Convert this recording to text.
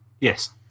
Yes